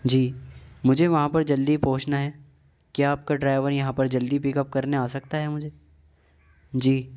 جی مجھے وہاں پر جلدی پہنچنا ہے کیا آپ کا ڈرائیور یہاں پر جلدی پیک اپ کرنے آ سکتا ہے مجھے جی